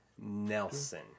Nelson